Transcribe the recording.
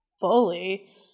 fully